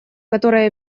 которые